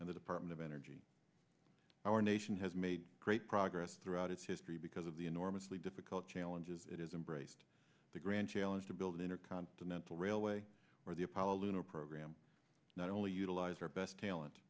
and the department of energy our nation has made great progress throughout its history because of the enormously difficult challenges it is embraced the grand challenge to build intercontinental railway or the apollo lunar program not only utilize our best talent